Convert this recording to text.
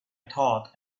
thought